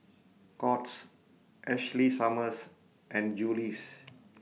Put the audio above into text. Courts Ashley Summers and Julie's